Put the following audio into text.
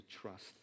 trust